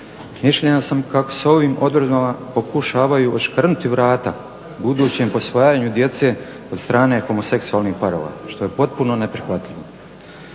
Mišljenja sam kako se ovim odredbama pokušavaju odškrinuti vrata budućem posvajanju djece od strane homoseksualnih parova što je potpuno neprihvatljivo.